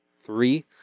three